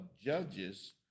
Judges